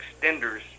extenders